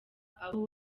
abo